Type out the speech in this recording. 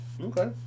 Okay